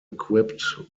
equipped